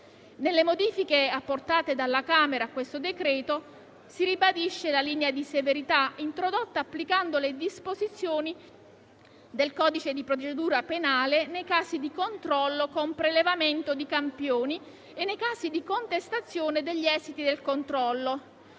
Nelle modifiche apportate dalla Camera dei deputati a questo decreto si ribadisce la linea di severità introdotta applicando le disposizioni del codice di procedura penale nei casi di controllo con prelevamento di campioni e di contestazione degli esiti del controllo.